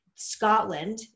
scotland